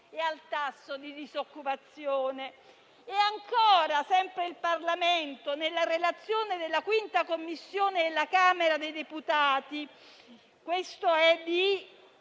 e al tasso di disoccupazione. E ancora sempre il Parlamento, nella relazione della V Commissione della Camera dei deputati del 13